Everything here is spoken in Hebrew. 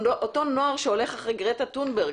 אותו נוער שהולך אחרי גרטה טונברג,